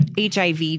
HIV